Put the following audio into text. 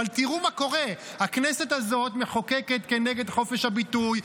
אבל תראו מה קורה: הכנסת הזאת מחוקקת כנגד חופש הביטוי,